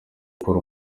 gukora